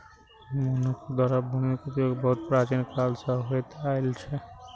मनुक्ख द्वारा भूमिक उपयोग बहुत प्राचीन काल सं होइत आयल छै